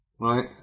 Right